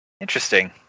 interesting